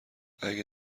اگه